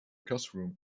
classroom